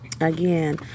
again